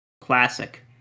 Classic